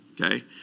okay